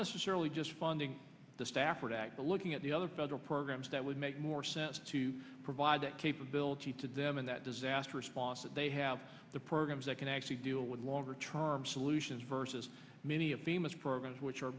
necessarily just funding the stafford act but looking at the other federal programs that would make more sense to provide that capability to them in that disaster response that they have the programs that can actually deal with longer term solutions versus many of the most programs which are